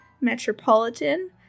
metropolitan